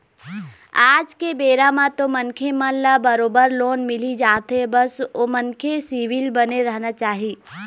आज के बेरा म तो मनखे मन ल बरोबर लोन मिलही जाथे बस ओ मनखे के सिविल बने रहना चाही